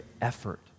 effort